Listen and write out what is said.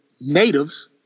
natives